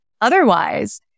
otherwise